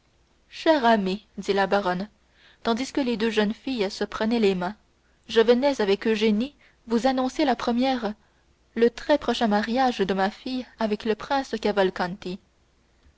chère amie dit la baronne tandis que les deux jeunes filles se prenaient les mains je venais avec eugénie vous annoncer la première le très prochain mariage de ma fille avec le prince cavalcanti